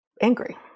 angry